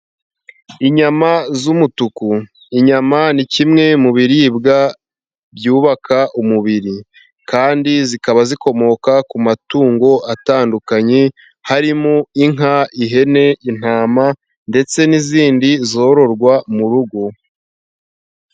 Inyama z'umutuku, inyama ni kimwe mu biribwa byubaka umubiri, kandi zikaba zikomoka ku matungo atandukanye, harimo inka, ihene, intama ndetse n'izindi zororwa mu rugo.